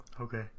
Okay